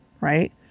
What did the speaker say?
Right